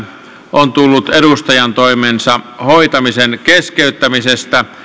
on tullut edustajantoimensa hoitamisen keskeytymisestä